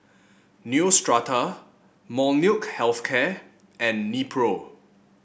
Neostrata Molnylcke Health Care and Nepro